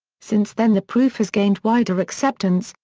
since then the proof has gained wider acceptance,